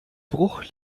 bruch